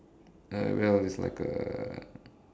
uh well there's like a